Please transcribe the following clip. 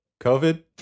COVID